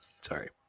sorry